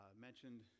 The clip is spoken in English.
mentioned